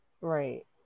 Right